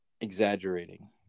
exaggerating